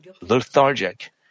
lethargic